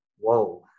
whoa